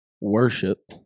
worship